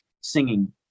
singing